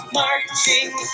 marching